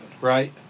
right